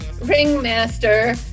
ringmaster